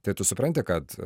tai tu supranti kad